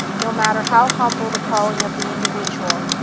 no matter how humble the calling of the individual,